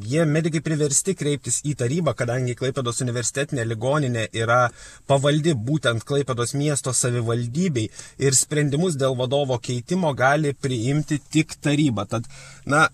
jie medikai priversti kreiptis į tarybą kadangi klaipėdos universitetinė ligoninė yra pavaldi būtent klaipėdos miesto savivaldybei ir sprendimus dėl vadovo keitimo gali priimti tik taryba tad na